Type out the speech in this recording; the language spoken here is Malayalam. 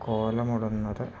കോലമിടുന്നത്